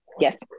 Yes